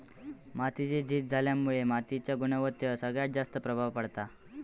मातीची झीज झाल्यामुळा मातीच्या गुणवत्तेवर सगळ्यात जास्त प्रभाव पडता